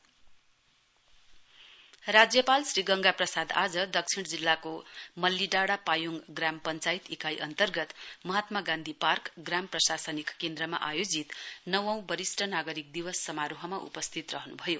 governor senior citizen day राज्यपाल श्री गंगा प्रसाद आज दक्षिण जिल्लाको मल्ली डाँडा पायोङ ग्राम पंचायत इकाइ अन्तर्गत महात्मा गान्धी पार्क ग्राम प्रशासनिक केन्द्रमा आयोजित नवौं वरिष्ट नागरिक दिवस समारोहमा उपस्थित रहन्भयो